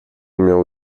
miał